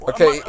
Okay